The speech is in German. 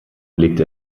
legte